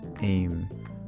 aim